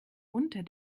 unter